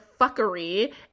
fuckery